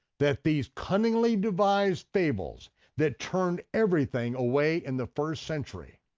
that these cunningly devised fables that turned everything away in the first century.